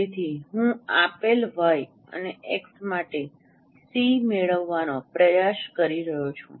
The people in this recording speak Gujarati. તેથી હું આપેલ વાય અને એક્સ માટે સી મેળવવાનો પ્રયાસ કરી રહ્યો છું